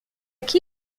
qui